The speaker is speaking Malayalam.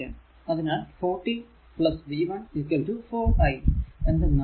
അതിനാൽ 40 v 1 4 I എന്തെന്നാൽ v1